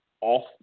off